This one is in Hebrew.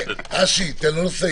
אשי, תן לו לסיים.